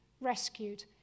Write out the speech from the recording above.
rescued